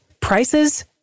prices